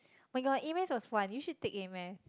oh-my-god A-maths was fun you should take A-maths